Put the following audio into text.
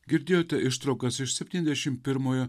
girdėjote ištraukas iš septyniasdešim pirmojo